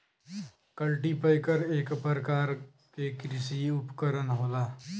cultipacker एक परकार के कृषि उपकरन होला